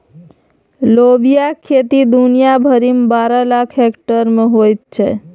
लोबियाक खेती दुनिया भरिमे बारह लाख हेक्टेयर मे होइत छै